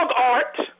Dogart